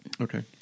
Okay